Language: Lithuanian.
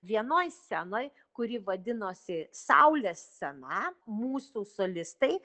vienoj scenoj kuri vadinosi saulės scena mūsų solistai